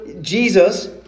Jesus